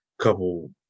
couple